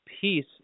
Peace